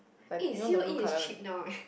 eh C_O_E is cheap now eh